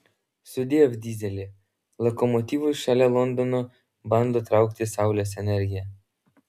sudiev dyzeli lokomotyvus šalia londono bando traukti saulės energija